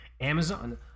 Amazon